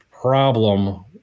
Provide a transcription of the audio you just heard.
problem